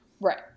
Right